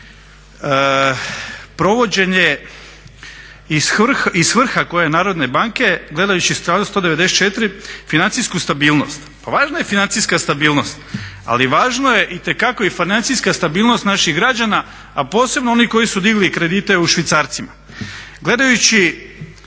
provođenje i svrha koja je Narodne banke, gledajući u skladu s člankom 194. financijsku stabilnost. Pa važna je financijska stabilnost ali važno je itekako i financijska stabilnost naših građana a posebno onih koji su digli kredite u švicarcima. Gledajući